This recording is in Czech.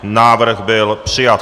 Návrh byl přijat.